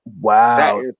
Wow